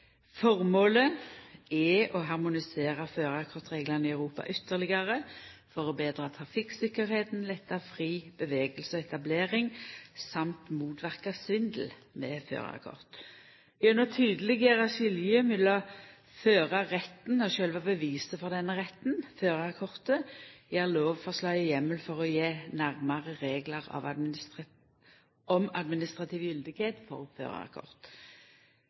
Formålet er å harmonisera førarkortreglane i Europa ytterlegare for å betra trafikktryggleiken, letta fri bevegelse og etablering i tillegg til å motverka svindel med førarkort. Gjennom å tydeleggjera skiljet mellom førarretten og sjølve beviset for denne retten, førarkortet, gjev lovforslaget heimel for å gje nærmare reglar om administrativ gyldigheit for